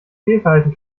fehlverhalten